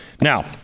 Now